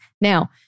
Now